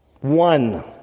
One